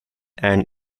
and